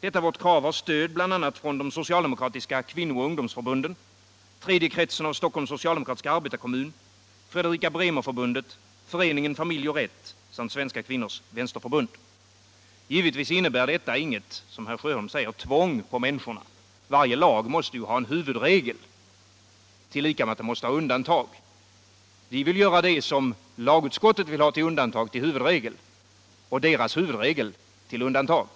Detta vårt krav har stöd bl.a. från de socialdemokratiska kvinnooch ungdomsförbunden, tredje kretsen av Stockholms socialdemokratiska arbetarkommun, Fredrika-Bremer-Förbundet, Föreningen Familj och Rätt samt Svenska kvinnors vänsterförbund. Givetvis innebär detta, inte som herr Sjöholm säger, något tvång på människorna. Varje lag måste ju ha en huvudregel — tillika med undantag. Vi vill göra det som lagutskottet vill ha som undantag till huvudregel och utskottets huvudregel till undantag.